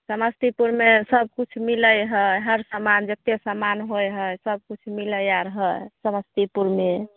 समस्तीपुरमे सब किछु मिलै हय हर सामान जते सामान होइ हय सब किछु मिलै आर हय समस्तीपुरमे